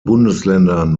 bundesländern